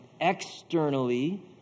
externally